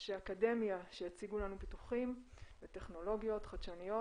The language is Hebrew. אנשי אקדמיה שיציגו לנו פיתוחים וטכנולוגיות חדשניות.